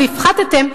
והפחתתם,